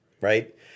right